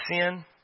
Sin